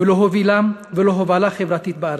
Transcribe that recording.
ולהובלה חברתית בארצם.